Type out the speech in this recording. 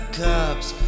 cups